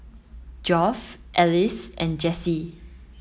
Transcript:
Geoff Ellis and Jessy